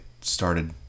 started